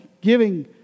giving